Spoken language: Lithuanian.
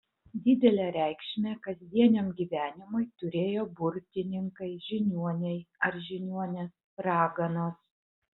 didelę reikšmę kasdieniam gyvenimui turėjo burtininkai žiniuoniai ar žiniuonės raganos